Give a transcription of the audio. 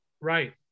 Right